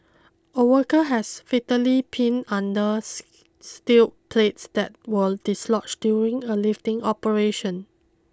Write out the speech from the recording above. a worker has fatally pinned under steel plates that were dislodged during a lifting operation